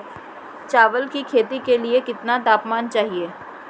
चावल की खेती के लिए कितना तापमान चाहिए?